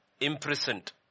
imprisoned